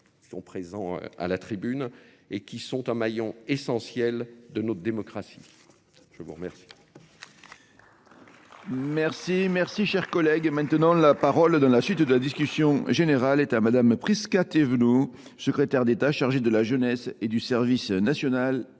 qui sont présents à la tribune et qui sont un maillon essentiel de notre démocratie. Je vous remercie. Merci, merci chers collègues. Maintenant la parole dans la suite de la discussion générale est à madame Prisca Tevenot secrétaire d'état chargée de la jeunesse et du service national